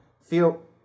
Feel